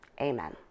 amen